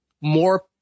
more